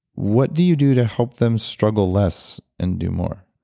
what do you do to help them struggle less and do more?